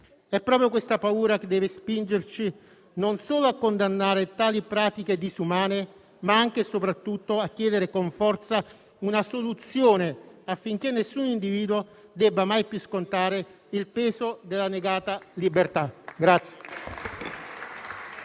ogni giorno, che deve spingerci non solo a condannare tali pratiche disumane, ma anche e soprattutto a chiedere con forza una soluzione, affinché nessun individuo debba mai più scontare il peso della negata libertà.